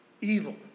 evil